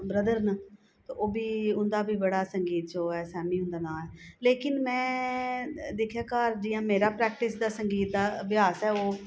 मेरे ब्रदर न ते ओह् बी उन्दा बी बड़ा संगीत च ओह् ऐ सैमी उन्दा नांऽ ऐ लेकिन में दिक्खेआ घर जियां मेरा प्रैक्टिस दा संगीत दा अभ्यास ऐ ओह्